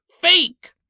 fake